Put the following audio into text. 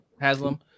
Haslam